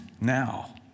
now